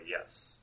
yes